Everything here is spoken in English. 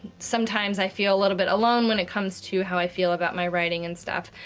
sometimes, i feel a little bit alone when it comes to how i feel about my writing and stuff.